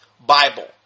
Bible